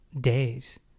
days